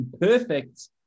perfect